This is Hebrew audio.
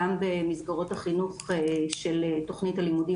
גם במסגרות החינוך של תכנית הלימודים